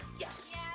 Yes